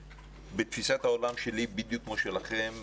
בתפיסת העולם שלי בדיוק כמו שלכם,